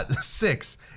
Six